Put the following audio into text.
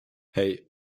hei